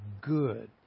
good